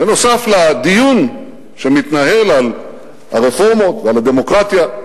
נוסף על הדיון שמתנהל על הרפורמות ועל הדמוקרטיה.